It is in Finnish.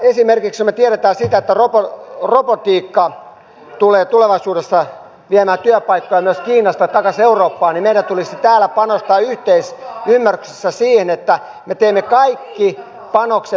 esimerkiksi jos me tiedämme että robotiikka tulee tulevaisuudessa viemään työpaikkoja myös kiinasta takaisin eurooppaan niin meidän tulisi täällä panostaa yhteisymmärryksessä siihen että me teemme kaikki panokset